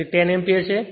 તેથી 10 એમ્પીયર છે